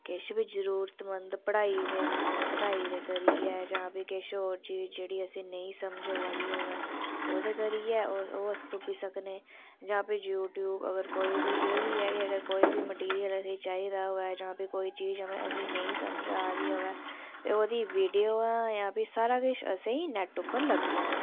किश बी जरूरतमंद पढ़ाई दे करियै जां भी होर जेह्ड़ी असेंगी नेईं समझ आवा दी होऐ ओह्दे करियै ओह् अस तुप्पी सकने आं जां भी यूट्यूब अगर असेंगी कोई बी मेटीरियल चाहिदा होऐ जां भी नमीं चीज़ असेंगी नेईं समझ आवा दी होऐ ओह्दी वीडियो ऐ जां सारा किश असेंगी नेट पर सारा लब्भी जंदा